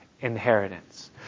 inheritance